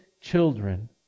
children